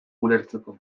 ulertzeko